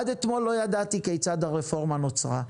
עד אתמול לא ידעתי כיצד הרפורמה נוצרה.